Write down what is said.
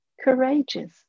courageous